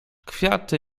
kwiaty